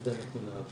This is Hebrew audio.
על זה אנחנו נעבוד.